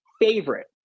favorite